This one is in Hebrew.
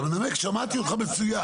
אתה מנמק, שמעתי אותך מצוין.